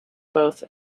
both